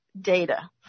data